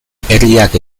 herriak